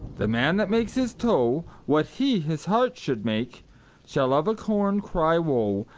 the man that makes his toe what he his heart should make shall of a corn cry woe,